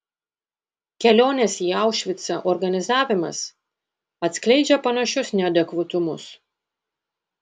kelionės į aušvicą organizavimas atskleidžia panašius neadekvatumus